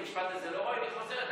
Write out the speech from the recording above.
תגידי: המשפט הזה לא ראוי, אוקיי.